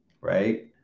right